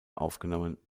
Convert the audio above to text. aufgenommen